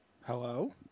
Hello